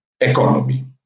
economy